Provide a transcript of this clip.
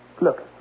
Look